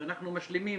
ואנחנו משלימים